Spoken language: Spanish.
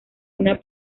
una